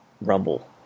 rumble